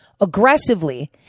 aggressively